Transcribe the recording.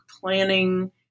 planning